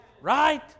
Right